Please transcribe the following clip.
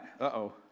uh-oh